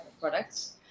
products